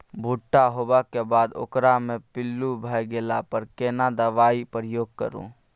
भूट्टा होबाक बाद ओकरा मे पील्लू भ गेला पर केना दबाई प्रयोग करू?